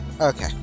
Okay